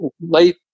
late